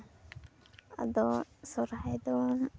ᱟᱫᱚ ᱥᱚᱨᱦᱟᱭ ᱫᱚ